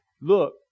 look